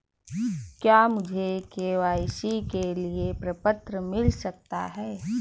क्या मुझे के.वाई.सी के लिए प्रपत्र मिल सकता है?